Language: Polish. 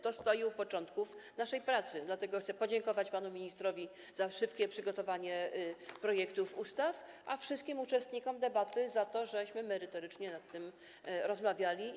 To leżało u początków naszej pracy, dlatego chcę podziękować panu ministrowi za szybkie przygotowanie projektów ustaw, a wszystkim uczestnikom debaty za to, że merytorycznie o tym rozmawialiśmy.